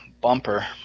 bumper